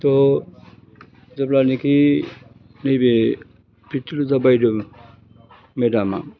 थह जेब्लानाखि नैबे पिटिलजा बायद' मेदामा